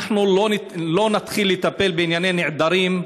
אנחנו לא נתחיל לטפל בענייני נעדרים,